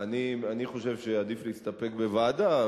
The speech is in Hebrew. אני חושב שעדיף להסתפק בוועדה,